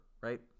right